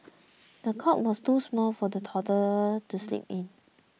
the cot was too small for the toddler to sleep in